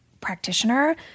practitioner